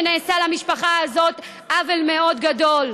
שנעשה למשפחה הזאת עוול מאוד גדול.